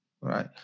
right